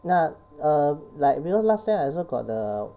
ya err like because last time I also got the